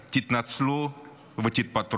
תתנצלו ותתפטרו.